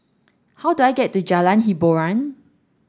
how do I get to Jalan Hiboran